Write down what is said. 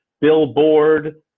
billboard